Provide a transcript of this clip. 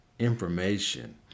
information